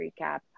recap